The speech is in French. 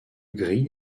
gris